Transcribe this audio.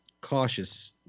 cautious